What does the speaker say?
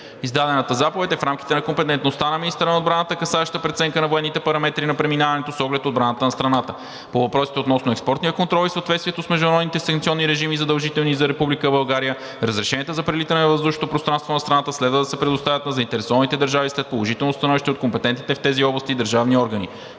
Издадената заповед е в рамките на компетентността на министъра на отбраната, касаеща преценка на военните параметри на преминаването с оглед отбраната на страната. По въпросите относно експортния контрол и съответствието с международните санкционни режими, задължителни за Република България, разрешенията за прелитане във въздушното пространство на страната следва да се предоставят на заинтересованите държави след положително становище от компетентните в тези области държавни органи